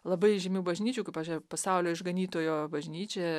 labai žymių bažnyčių jeigu pažė pasaulio išganytojo bažnyčia